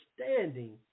understanding